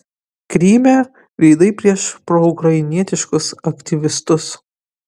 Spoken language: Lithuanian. kryme reidai prieš proukrainietiškus aktyvistus